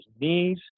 knees